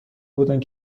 بودند